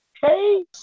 Hey